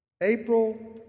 April